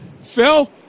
Phil